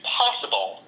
possible